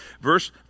Verse